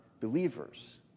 believers